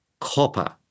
copper